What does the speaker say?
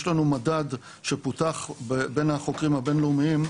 יש לנו מדד שפותח בין החוקרים הבינלאומיים,